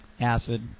Acid